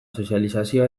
sozializazioa